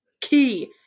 Key